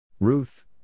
Ruth